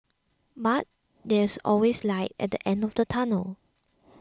but there is always light at the end of the tunnel